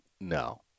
no